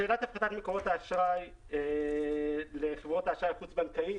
שאלת הפחתת מקורות האשראי לחברות האשראי החוץ בנקאיות